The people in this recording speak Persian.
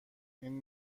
این